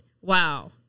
Wow